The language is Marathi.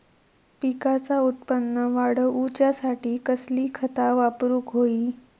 पिकाचा उत्पन वाढवूच्यासाठी कसली खता वापरूक होई?